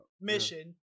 Mission